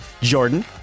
Jordan